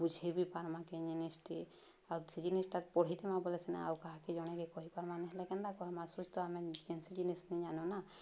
ବୁଝେଇ ବି ପାର୍ମା କେ ଜିନିଷ୍ଟି ଆଉ ସେ ଜିନିଷ୍ଟା ପଢ଼ିଦମା ବୋଲେ ସିନା ଆଉ କାହାକେ ଜଣେକେ କହିପାର୍ମା ନେ ହେଲେ କେନ୍ତା କହ ମାସୁଚ ତ ଆମେନ୍ ସେ ଜିନିଷ୍ ନେଇଁ ଜାନୁନା